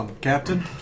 captain